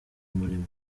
umurimo